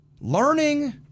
Learning